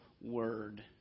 word